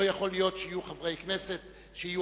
לא יכול להיות שיהיו חברי כנסת שיהיו